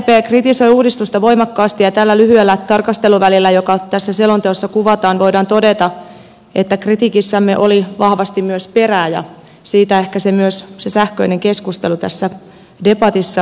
sdp kritisoi uudistusta voimakkaasti ja tällä lyhyellä tarkasteluvälillä joka tässä selonteossa kuvataan voidaan todeta että kritiikissämme oli vahvasti myös perää ja siitä ehkä myös se sähköinen keskustelu tässä debatissa nopeasti syntyi